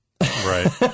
Right